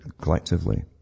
collectively